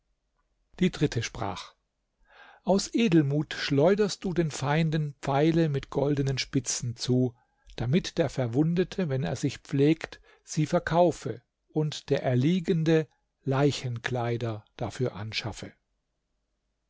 die dritte sprach aus edelmut schleuderst du den feinden pfeile mit goldenen spitzen zu damit der verwundete wenn er sich pflegt sie verkaufe und der erliegende leichenkleider dafür anschaffe